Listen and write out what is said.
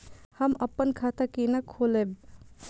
हम अपन खाता केना खोलैब?